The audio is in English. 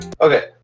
Okay